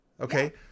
Okay